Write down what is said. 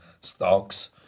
stocks